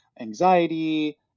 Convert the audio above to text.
anxiety